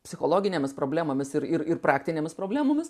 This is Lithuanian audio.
psichologinėmis problemomis ir ir ir praktinėmis problemomis